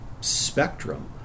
spectrum